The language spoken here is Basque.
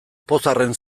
pozarren